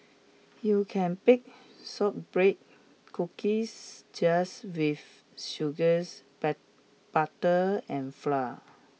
you can bake shortbread cookies just with sugars but butter and flour